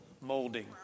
molding